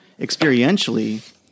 experientially